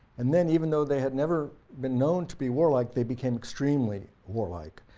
and then even though they had never been known to be warlike they become extremely warlike.